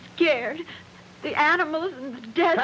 cared the animal dead